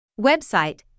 Website